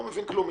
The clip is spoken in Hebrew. לא מבין כלום.